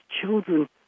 children